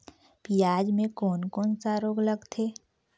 पियाज मे कोन कोन सा रोग लगथे?